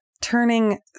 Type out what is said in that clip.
turning